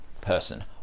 person